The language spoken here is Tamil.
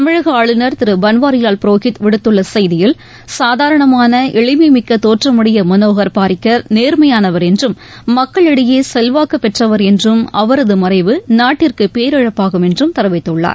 தமிழக ஆளுநர் திரு பன்வாரிலால் புரோஹித் விடுத்துள்ள செய்தியில் சாதாரணமான எளிமை மிக்க தோற்றமுடைய மனோகர் பாரிக்கர் நேர்மையானவர் என்றும் மக்களிடையே செல்வாக்குப் பெற்றவர் என்றும் அவரது மறைவு நாட்டிற்கு பேரிழப்பாகும் என்றும் தெரிவித்துள்ளார்